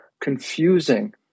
confusing